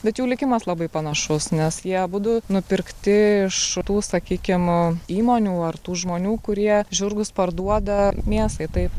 bet jų likimas labai panašus nes jie abudu nupirkti iš tų sakykim įmonių ar tų žmonių kurie žirgus parduoda mėsai taip